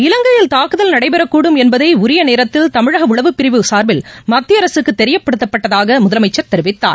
இலங்கையில் தாக்குகல் நடைபெறக்கூடும் என்பதைஉரியநேரத்தில் தமிழகஉளவுப் சார்பில் பிரிவு மத்திய அரசுக்குதெரியப்படுத்தப்பட்டதாக முதலமைச்சர் தெரிவித்தார்